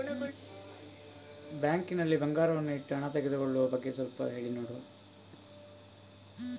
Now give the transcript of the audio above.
Bank ನಲ್ಲಿ ಬಂಗಾರವನ್ನು ಇಟ್ಟು ಹಣ ತೆಗೆದುಕೊಳ್ಳುವ ಬಗ್ಗೆ ಸ್ವಲ್ಪ ಹೇಳಿ ನೋಡುವ?